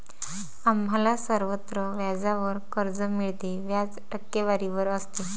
आम्हाला सर्वत्र व्याजावर कर्ज मिळते, व्याज टक्केवारीवर असते